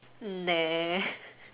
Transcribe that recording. nah